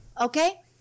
Okay